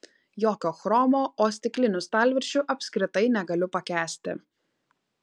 jokio chromo o stiklinių stalviršių apskritai negaliu pakęsti